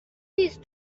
نیست